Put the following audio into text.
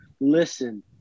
Listen